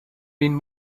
been